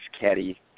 caddy